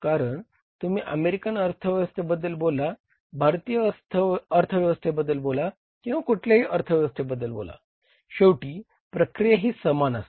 कारण तुम्ही अमेरिकन अर्थव्यवस्थेबद्दल बोला भारतीय अर्थव्यवस्थेबद्दल बोला किंवा कुठल्याही अर्थव्यवस्थेबद्दल बोला शेवटी प्रक्रिया ही समान असते